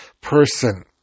person